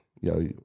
yo